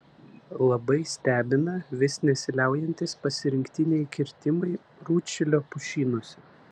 labai stebina vis nesiliaujantys pasirinktiniai kirtimai rūdšilio pušynuose